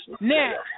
Next